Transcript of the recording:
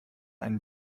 einen